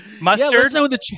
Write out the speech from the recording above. mustard